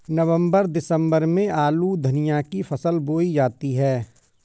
नवम्बर दिसम्बर में आलू धनिया की फसल बोई जाती है?